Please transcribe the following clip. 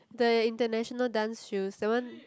the international dance shoes that one